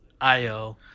Io